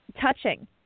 touching